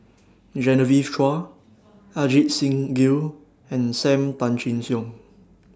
Genevieve Chua Ajit Singh Gill and SAM Tan Chin Siong